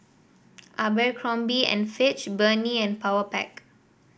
Abercrombie and Fitch Burnie and Powerpac